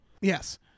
yes